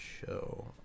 show